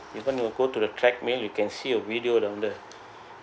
even you go to the track mill you can see a video down there